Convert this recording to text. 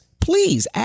Please